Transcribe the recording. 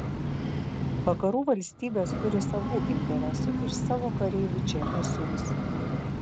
vakarų valstybės turi savų interesų ir savo kareivių čia nesiųs